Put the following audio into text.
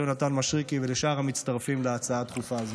יונתן מישרקי ולשאר המצטרפים להצעה הדחופה הזאת.